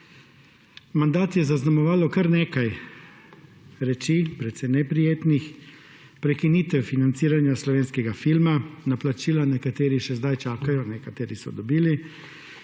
Mandat je zaznamovalo kar nekaj reči, precej neprijetnih. Prekinitev financiranja slovenskega filma, na plačilo nekateri še zdaj čakajo, nekateri so ga dobili.